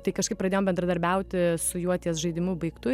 tai kažkaip pradėjom bendradarbiauti su juo ties žaidimu baigtu